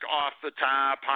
off-the-top